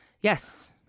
Yes